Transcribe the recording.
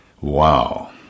Wow